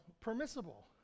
permissible